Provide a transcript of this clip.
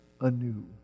anew